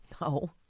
No